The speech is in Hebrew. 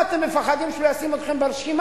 מה, אתם מפחדים שהוא לא ישים אתכם ברשימה?